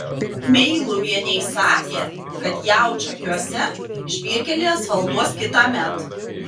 meiluvienei sakė kad jaučakiuose žvyrkelį asfaltuos kitąmet